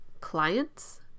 clients